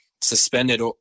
suspended